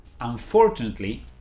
Unfortunately